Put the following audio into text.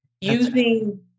using